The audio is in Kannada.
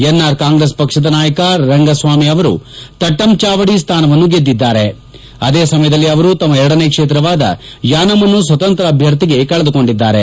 ಎನ್ಆರ್ ಕಾಂಗ್ರೆಸ್ ಪಕ್ಷದ ನಾಯಕ ರೆಂಗಸಾಮಿ ಅವರು ತಟ್ಟಂಚಾವಡಿ ಸ್ಥಾನವನ್ನು ಗೆದ್ದರು ಅದೇ ಸಮಯದಲ್ಲಿ ಅವರು ತಮ್ನ ಎರಡನೇ ಕ್ಷೇತ್ರವಾದ ಯಾನಮ್ ಅನ್ನು ಸ್ವತಂತ್ರ ಅಭ್ಯರ್ಥಿಗೆ ಕಳೆದುಕೊಂಡರು